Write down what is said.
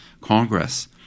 Congress